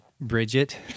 Bridget